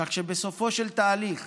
כך שבסופו של התהליך